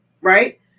Right